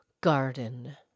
garden